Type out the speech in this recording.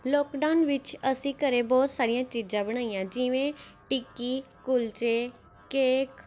lockdown ਵਿੱਚ ਅਸੀਂ ਘਰ ਬਹੁਤ ਸਾਰੀਆਂ ਚੀਜ਼ਾਂ ਬਣਾਈਆਂ ਜਿਵੇਂ ਟਿੱਕੀ ਕੁਲਚੇ ਕੇਕ